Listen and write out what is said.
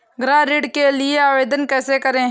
गृह ऋण के लिए आवेदन कैसे करें?